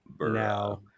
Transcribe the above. now